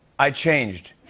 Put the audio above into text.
i changed.